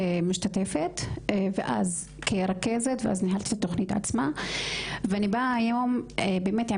כמשתתפת ואז כרכזת ואז ניהלתי את התוכנית עצמה ואני באה היום באמת,